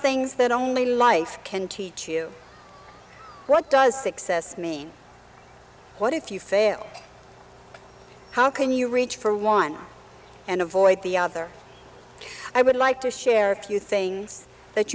things that only life can teach you what does success mean what if you fail how can you reach for one and avoid the other i would like to share a few things that